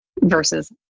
versus